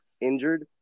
injured